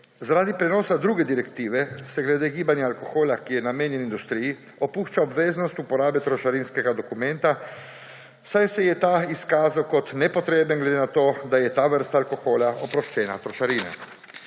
Zaradi prenosa druge direktive se glede gibanja alkohola, ki je namenjen industriji, opušča obveznost uporabe trošarinskega dokumenta, saj se je ta izkazal kot nepotreben, glede na to da je ta vrsta alkohola oproščena trošarine.